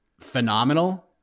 phenomenal